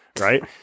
right